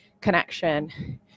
connection